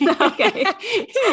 Okay